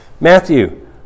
Matthew